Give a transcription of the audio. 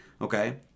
Okay